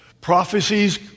Prophecies